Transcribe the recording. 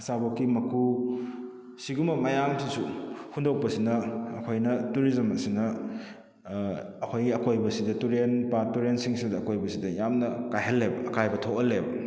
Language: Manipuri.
ꯑꯆꯥꯄꯣꯠꯀꯤ ꯃꯀꯨ ꯁꯤꯒꯨꯝꯕ ꯃꯌꯥꯝꯁꯤꯁꯨ ꯍꯨꯟꯗꯣꯛꯄꯁꯤꯅ ꯑꯩꯈꯣꯏꯅ ꯇꯨꯔꯤꯖꯝ ꯑꯁꯤꯅ ꯑꯩꯈꯣꯏꯒꯤ ꯑꯀꯣꯏꯕꯁꯤꯗ ꯇꯨꯔꯦꯟ ꯄꯥꯠ ꯇꯨꯔꯦꯟ ꯁꯤꯡꯁꯤꯗ ꯑꯀꯣꯏꯕꯁꯤꯗ ꯌꯥꯝꯅ ꯀꯥꯏꯍꯜꯂꯦꯕ ꯑꯀꯥꯏꯕ ꯊꯣꯛꯍꯜꯂꯦꯕ